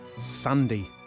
Sandy